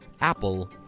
Apple